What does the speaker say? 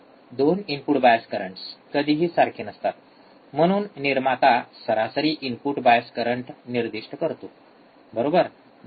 2 input bias currents कधीही सारखे नसतात म्हणून निर्माता सरासरी इनपुट बायस करंट निर्दिष्ट करतो बरोबर